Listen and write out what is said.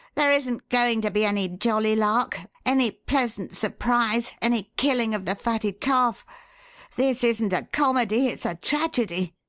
there isn't going to be any jolly lark any pleasant surprise any killing of the fatted calf this isn't a comedy it's a tragedy!